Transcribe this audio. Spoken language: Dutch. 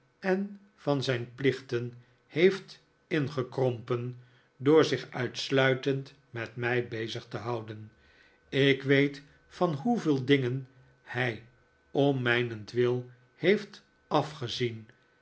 en van zijn plichten heeft ingekrompen door zich uitsluitend met mij bezig te houden ik weet van hoeveel dingen hij om mijnentwil heeft af